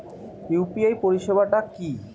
UPI পরিসেবাটা কি?